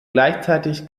gleichzeitig